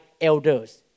elders